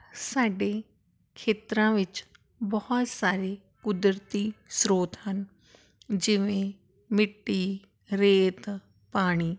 ਸਾਡੇ ਖੇਤਰਾਂ ਵਿੱਚ ਬਹੁਤ ਸਾਰੇ ਕੁਦਰਤੀ ਸਰੋਤ ਹਨ ਜਿਵੇਂ ਮਿੱਟੀ ਰੇਤ ਪਾਣੀ